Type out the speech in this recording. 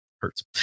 hurts